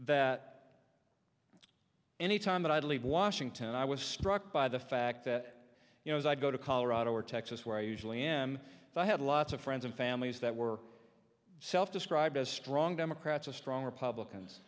that any time that i'd leave washington i was struck by the fact that you know as i go to colorado or texas where i usually am i had lots of friends and families that were self described as strong democrats a strong republicans